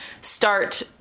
start